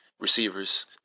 receivers